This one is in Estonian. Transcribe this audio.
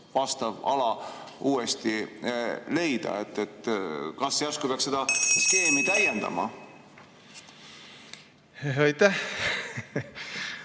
vastav ala uuesti leida. Kas järsku peaks seda skeemi täiendama?